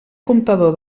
comptador